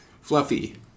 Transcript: fluffy